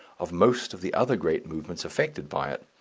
of most of the other great movements affected by it.